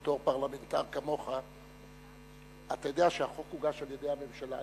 בתור פרלמנטר כמוך אתה יודע שהחוק הוגש על-ידי הממשלה.